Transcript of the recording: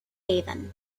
avon